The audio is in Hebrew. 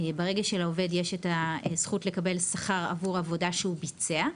ברגע שלעובד יש זכות לקבל שכר עבור עבודה שהוא ביצע,